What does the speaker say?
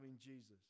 Jesus